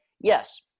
yes